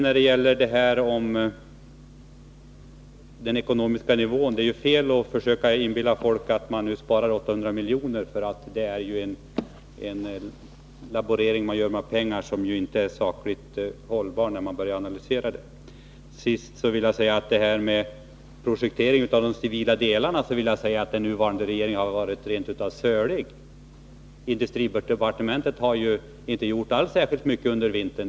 Beträffande den ekonomiska nivån är det fel att försöka inbilla folk att man sparar 800 milj.kr. Det är en laborering med pengar, som inte är sakligt hållbar när man börjar analysera den. Till sist vill jag säga om projektering av civila delar att den nuvarande regeringen har varit rent av sölig. Industridepartementet har ju inte alls gjort särskilt mycket under vintern.